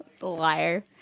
Liar